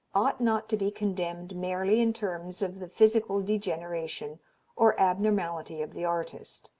ought not to be condemned merely in terms of the physical degeneration or abnormality of the artist.